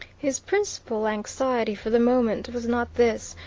his principal anxiety for the moment was not this,